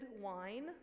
wine